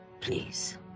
Please